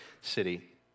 city